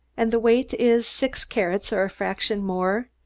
and the weight is six carats or a fraction more,